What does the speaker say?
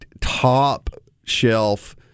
top-shelf